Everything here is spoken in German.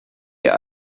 ihr